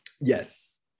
Yes